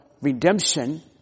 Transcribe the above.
redemption